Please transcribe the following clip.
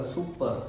Super